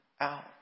out